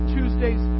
Tuesdays